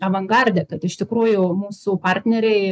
avangarde kad iš tikrųjų mūsų partneriai